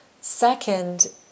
Second